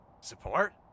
Support